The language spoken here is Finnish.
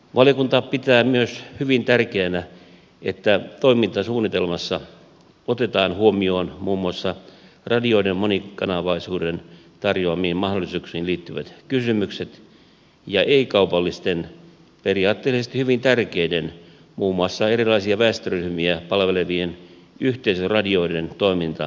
valiokunta pitää myös hyvin tärkeänä että toimintasuunnitelmassa otetaan huomioon muun muassa radion monikanavaisuuden tarjoamiin mahdollisuuksiin liittyvät kysymykset ja ei kaupallisten periaatteellisesti hyvin tärkeiden muun muassa erilaisia väestöryhmiä palvelevien yhteisöradioiden toimintamahdollisuudet